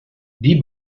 die